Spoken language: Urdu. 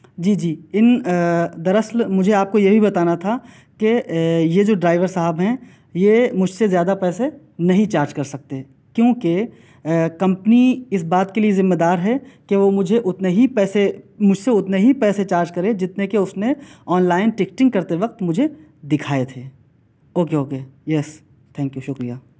جی جی ان در اصل مجھے آپ کو یہ بھی بتانا تھا کہ یہ جو ڈرائیور صاحب ہیں یہ مجھ سے زیادہ پیسے نہیں چارج کر سکتے کیونکہ کمپنی اس بات کے لیے ذمہ دار ہے کہ وہ مجھے اتنے ہی پیسے مجھ سے اتنے ہی پیسے چارج کرے جتنے کہ اس نے آن لائن ٹکٹنگ کرتے وقت دکھائے تھے okay okay yes thank you شکریہ